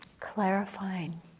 clarifying